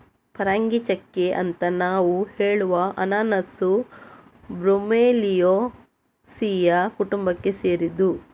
ಪರಂಗಿಚೆಕ್ಕೆ ಅಂತ ನಾವು ಹೇಳುವ ಅನನಾಸು ಬ್ರೋಮೆಲಿಯೇಸಿಯ ಕುಟುಂಬಕ್ಕೆ ಸೇರಿದ್ದು